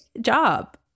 job